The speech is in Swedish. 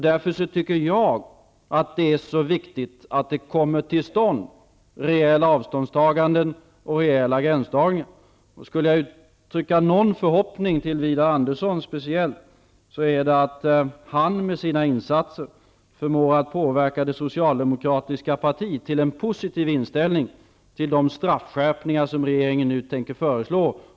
Därför är det så viktigt att rejäla avståndstagande och rejäla gränsdragningar kommer till stånd. Om jag skulle uttrycka någon förhoppning till Widar Andersson speciellt, är det att han med sina insatser förmår att påverka det socialdemokratiska partiet till en positiv inställning till de straffskärpningar som regeringen nu tänker föreslå.